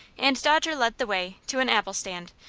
and dodger led the way to an apple-stand,